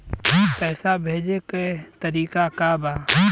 पैसा भेजे के तरीका का बा?